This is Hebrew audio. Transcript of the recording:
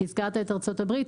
הזכרת את ארצות הברית,